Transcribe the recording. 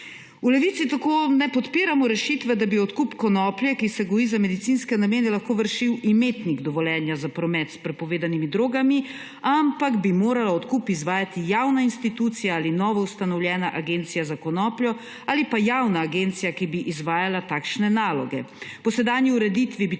V Levici tako ne podpiramo rešitve, da bi odkup konoplje, ki se goji za medicinske namene, lahko vršil imetnik dovoljenja za promet s prepovedanimi drogami, ampak bi morala odkup izvajati javna institucija, ali novoustanovljena agencija za konopljo, ali pa javna agencija, ki bi izvajala takšne naloge. Po sedanji ureditvi bi